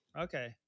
okay